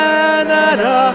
Canada